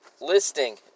listing